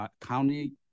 county